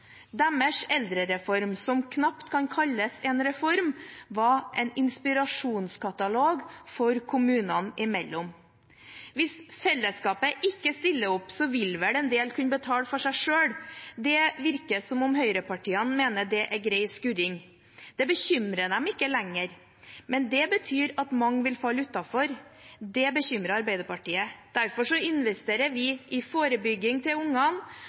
Deres eldrereform, som knapt kan kalles en reform, var en inspirasjonskatalog kommunene imellom. Hvis fellesskapet ikke stiller opp, vil vel en del kunne betale for seg selv. Det virker som om høyrepartiene mener det er grei skuring – det bekymrer dem ikke lenger. Men det betyr at mange vil falle utenfor. Det bekymrer Arbeiderpartiet. Derfor investerer vi i forebygging for ungene, skolemat til